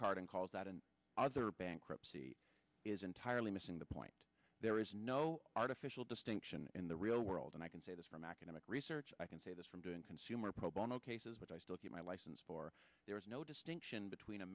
card and calls that and other bankruptcy is entirely missing the point there is no artificial distinction in the real world and i can say this from academic research i can say this from doing consumer pro bono cases but i still get my license for there is no distinction between a